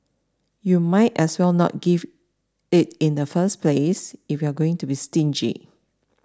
you might as well not give it in the first place if you're going to be stingy